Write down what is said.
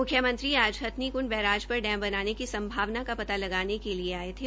मुख्यमंत्री आज हंथनीकृंड बैराज पर डैम बनाने की संभावना का पता लगाने के लिये आये थे